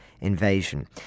invasion